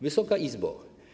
Wysoka Izbo!